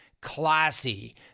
classy